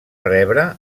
rebre